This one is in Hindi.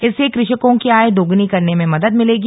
इससे कृषकों की आय दोगुनी करने में मदद मिलेगी